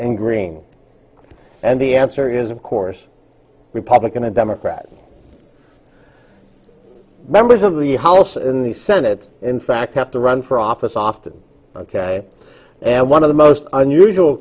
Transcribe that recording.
and green and the answer is of course republican and democrat members of the house in the senate in fact have to run for office often ok and one of the most unusual